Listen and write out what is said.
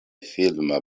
filma